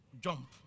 jump